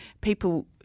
people –